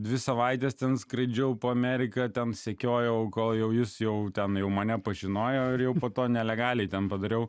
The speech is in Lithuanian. dvi savaites ten skraidžiau po ameriką ten sekiojau kol jis jau ten jau mane pažinojo ir jau po to nelegaliai ten padariau